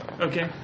Okay